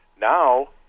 Now